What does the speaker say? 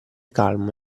calmo